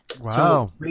Wow